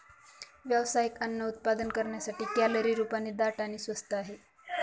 व्यावसायिक अन्न उत्पादन करण्यासाठी, कॅलरी रूपाने दाट आणि स्वस्त आहे